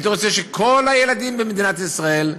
הייתי רוצה שכל הילדים במדינת ישראל,